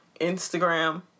instagram